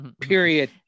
Period